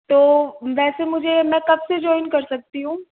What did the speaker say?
तो वैसे मुझे मैं कब से ज्वाइन कर सकती हूँ